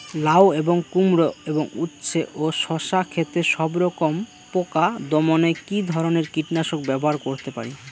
লাউ এবং কুমড়ো এবং উচ্ছে ও শসা ক্ষেতে সবরকম পোকা দমনে কী ধরনের কীটনাশক ব্যবহার করতে পারি?